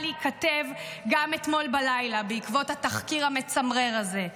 להיכתב גם אתמול בלילה בעקבות התחקיר המצמרר הזה.